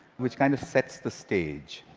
which kind of sets the stage.